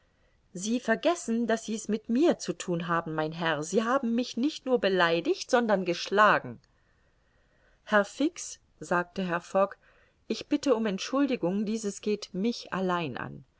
sie vergessen daß sie's mit mir zu thun haben mein herr sie haben mich nicht nur beleidigt sondern geschlagen herr fix sagte herr fogg ich bitte um entschuldigung dieses geht mich allein an